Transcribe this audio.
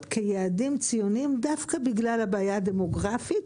כיעדים ציוניים דווקא בגלל הבעיה הדמוגרפית,